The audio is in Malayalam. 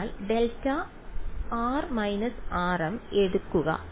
അതിനാൽ δr − rm എടുക്കുക